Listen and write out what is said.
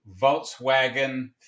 Volkswagen